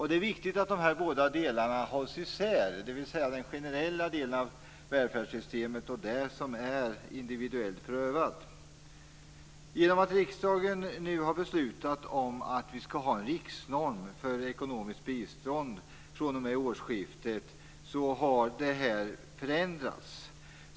Det är viktigt att de här båda delarna, den generella delen av välfärdssystemet och det som är individuellt prövat, hålls isär. Genom att riksdagen nu har beslutat att vi fr.o.m. årsskiftet skall ha en riksnorm för ekonomiskt bistånd har det här förändrats.